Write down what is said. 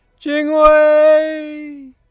Jingwei